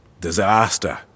disaster